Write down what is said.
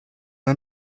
are